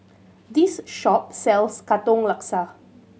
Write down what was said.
this shop sells Katong Laksa